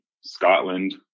scotland